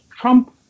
Trump